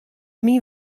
myn